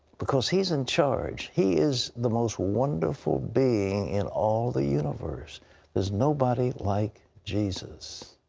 because he is in charge. he is the most wonderful being in all the universe. there is nobody like jesus.